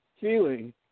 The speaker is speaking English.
feeling